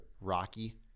Rocky